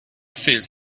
feels